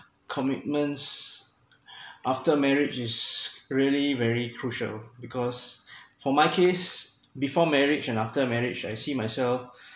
commitments after marriage is really very crucial because for my case before marriage and after marriage I see myself